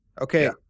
Okay